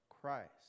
Christ